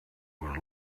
was